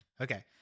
Okay